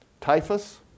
typhus